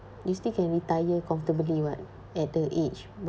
you still can retire comfortably [what] at the age